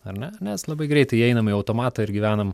ar ne nes labai greitai įeinam į automatą ir gyvenam